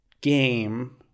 game